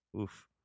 Oof